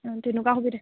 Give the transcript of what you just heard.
অঁ তেনেকুৱা সুবিধা